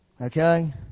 Okay